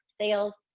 sales